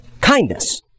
Kindness